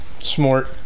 Smart